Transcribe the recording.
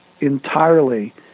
entirely